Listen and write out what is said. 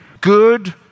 good